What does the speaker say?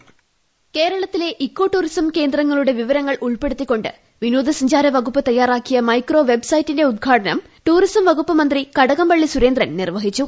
ecotourism voice കേരളത്തിലെ ecotourism കേന്ദ്രങ്ങളുടെ വിവരങ്ങൾ ഉൾപ്പെടുത്തികൊണ്ട് വിനോദസഞ്ചാര വകുപ്പ് തയ്യാറാക്കിയ മൈക്രോ വെബ്സൈറ്റിന്റെ ഉദ്ഘാടനം ടൂറിസം വകുപ്പു മന്ത്രി കടകംപള്ളി സുരേന്ദ്രൻ നിർവ്വഹിച്ചു